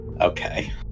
Okay